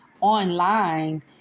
online